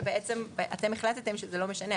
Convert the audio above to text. כשבעצם אתם החלטתם שזה לא משנה.